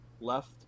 left